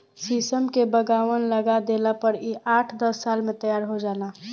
शीशम के बगवान लगा देला पर इ आठ दस साल में तैयार हो जाला